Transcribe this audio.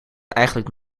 eigenlijk